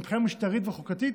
מבחינה משטרית וחוקתית,